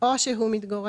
לאלה אין תנאי של ימים.